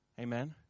Amen